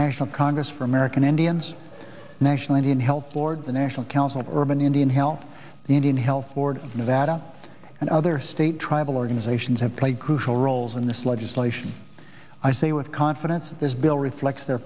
national congress for american indians national indian health board the national council of urban indian health the indian health board of nevada and other state tribal organizations have played crucial roles in this legislation i say with confidence this bill reflects their